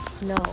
no